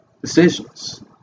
decisions